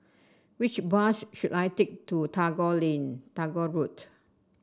which bus should I take to Tagore Ling Tagore Road